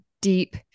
deep